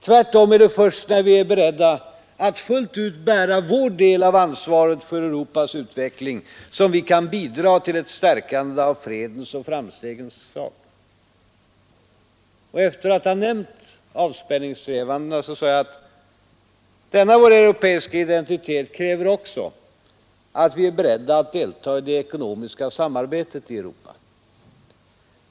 Tvärtom är det först när vi är beredda att fullt ut bära vår del av ansvaret för Europas utveckling som vi kan bidra till ett stärkande av fredens och framstegens sak. Efter att ha nämnt avspänningssträvandena sade jag: Denna vår europeiska identitet kräver också att vi är beredda att delta i det ekonomiska samarbetet i Europa.